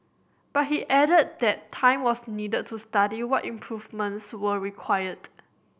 but he added that time was needed to study what improvements were required